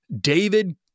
David